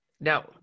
Now